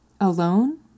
alone